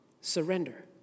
Surrender